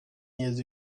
years